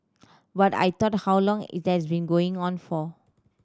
what I thought how long it has been going on for